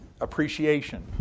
appreciation